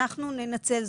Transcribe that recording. אנחנו ננצל,